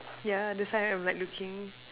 yeah that's why I'm like looking